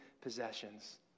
possessions